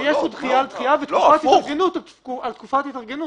יש כאן דחייה על דחייה על תקופת התארגנות.